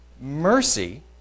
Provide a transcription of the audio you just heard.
Mercy